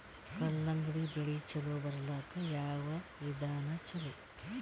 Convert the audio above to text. ಕಲ್ಲಂಗಡಿ ಬೆಳಿ ಚಲೋ ಬರಲಾಕ ಯಾವ ವಿಧಾನ ಚಲೋ?